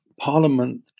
parliament